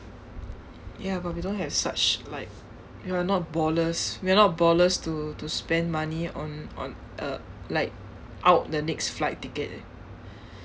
ya but we don't have such like we are not ballers we are not ballers to to spend money on on a like out the next flight ticket